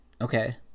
okay